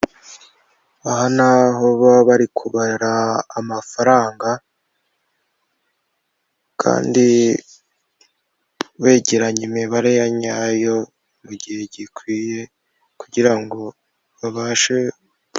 Aha ni aho baba bari kubara amafaranga kandi begeranya imibare nyayo mu gihe gikwiye, kugira ngo babashe...